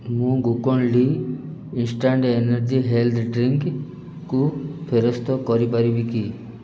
ମୁଁ Glucon D instant energy health ଡ୍ରିଙ୍କ୍କୁ ଫେରସ୍ତ କରିପାରିବି କି